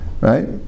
right